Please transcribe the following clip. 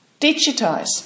digitize